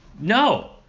no